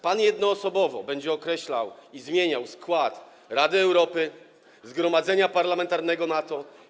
Pan jednoosobowo będzie określał i zmieniał skład Rady Europy, Zgromadzenia Parlamentarnego NATO.